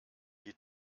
die